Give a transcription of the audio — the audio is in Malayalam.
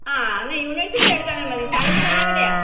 ആ എന്നാൽ യൂണിവേഴ്സിറ്റി അടുത്താണെ മതി സ്ഥലത്തിന് എന്നാ വിലയാണ്